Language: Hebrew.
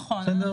נכון,